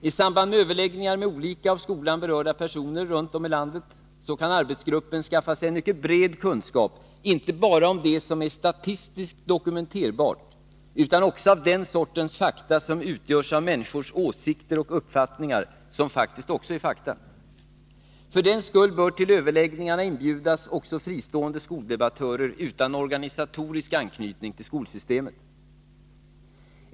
I samband med överläggningar med olika av skolan berörda personer runt om i landet kan arbetsgruppen skaffa sig en mycket bred kunskap inte bara om det som är statistiskt dokumenterbart, utan också om den sortens fakta som utgörs av människors åsikter och uppfattningar, som faktiskt också är fakta. För den skull bör till överläggningarna inbjudas även fristående skoldebattörer utan organisatorisk anknytning till skolsystemet.